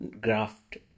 Graft